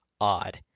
odd